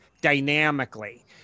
dynamically